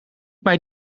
mij